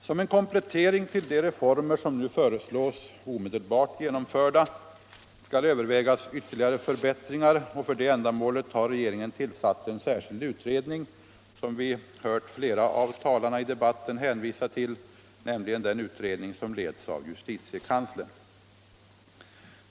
Som en komplettering till de reformer som nu föreslås omedelbart genomförda skall övervägas ytterligare förbättringar, och för det ändamålet har regeringen tillsatt en särskild utredning, som vi hört flera av talarna i debatten hänvisa till och som leds av justitiekanslern.